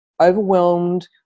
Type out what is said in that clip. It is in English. overwhelmed